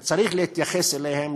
וצריך להתייחס אליהם,